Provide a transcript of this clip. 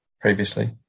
previously